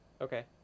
Okay